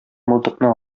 мылтыкны